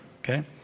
okay